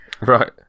right